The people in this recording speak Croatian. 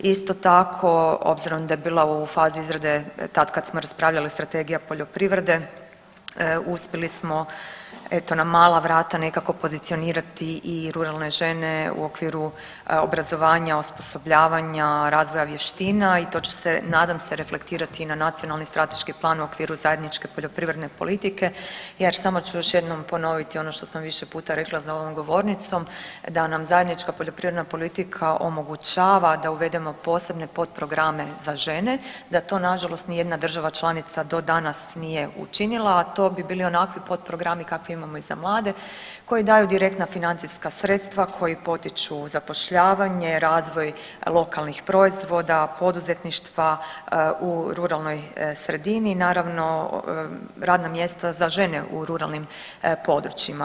Isto tako obzirom da je bila u fazi izrade tad kad smo raspravljali Strategija poljoprivrede uspjeli smo eto na mala vrata nekako pozicionirati i ruralne žene u okviru obrazovanja, osposobljavanja, razvoja vještina i to će se nadam se reflektirati i na Nacionalni strateški plan u okviru zajedničke poljoprivredne politike jer samo ću još jednom ponoviti ono što sam više puta rekla za ovom govornicom da nam zajednička poljoprivredna politika omogućava da uvedemo posebne potprograme za žene, da to nažalost nijedna država članica do danas nije učinila, a to bi bili onakvi potprogrami kakve imamo i za mlade koji daju direktna financijska sredstva, koji potiču zapošljavanje, razvoj lokalnih proizvoda, poduzetništva u ruralnoj sredini, naravno radna mjesta za žene u ruralnim područjima.